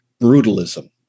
brutalism